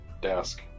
desk